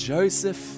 Joseph